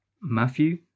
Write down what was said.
Matthew